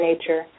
nature